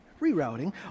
rerouting